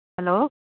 hello